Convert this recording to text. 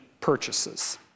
purchases